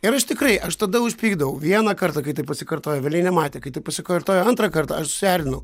ir aš tikrai aš tada užpykdavau vieną kartą kai tai pasikartojo velniai nematė kai tai pasikartojo antrą kartą aš susierzinau